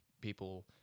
people